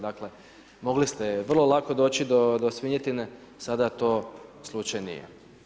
Dakle, mogli ste vrlo lako doći do svinjetine, sada to slučaj nije.